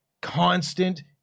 constant